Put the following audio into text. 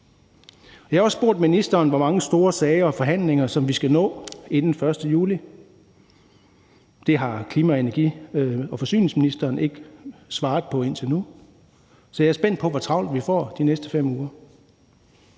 Vi har også spurgt ministeren, hvor mange store sager og forhandlinger vi skal nå inden den 1. juli. Det har klima-, energi- og forsyningsministeren ikke svaret på indtil nu, så jeg er spændt på, hvor travlt vi får de næste 5 uger.